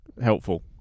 Helpful